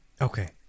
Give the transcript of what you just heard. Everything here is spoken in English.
Okay